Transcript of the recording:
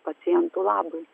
pacientų labui